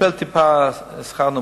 מקבל שכר קצת